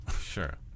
Sure